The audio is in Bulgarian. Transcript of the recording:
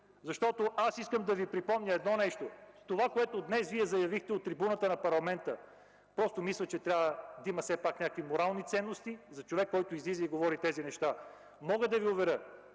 защото искам да Ви припомня едно нещо, което днес Вие заявихте от трибуната на парламента. Мисля, че трябва да има и някакви морални ценности за човек, който излиза и говори тези неща. Мога да Ви уверя